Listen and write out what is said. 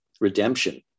redemption